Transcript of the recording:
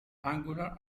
angular